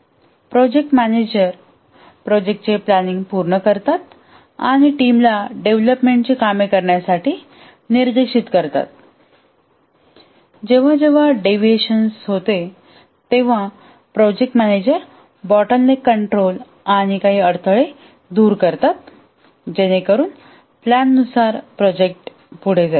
project manager प्रोजेक्टचे planning पूर्ण करतात आणि टीमला डेव्हलपमेंटची कामे करण्यासाठी निर्देशित करतात आणि जेव्हा जेव्हा डेव्हिएशन होते तेव्हा प्रोजेक्ट मॅनेजर बॉटलनेक कंट्रोल आणि दूर करतात जेणेकरून प्लॅन नुसार प्रोजेक्ट पुढे जाईल